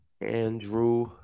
Andrew